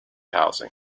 housing